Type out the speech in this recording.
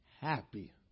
happy